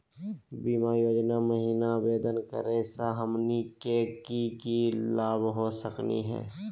बीमा योजना महिना आवेदन करै स हमनी के की की लाभ हो सकनी हे?